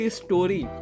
story